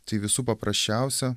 tai visų paprasčiausia